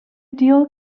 deal